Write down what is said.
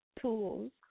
tools